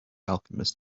alchemist